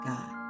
God